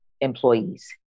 employees